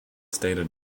stated